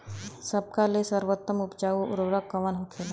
सबका ले सर्वोत्तम उपजाऊ उर्वरक कवन होखेला?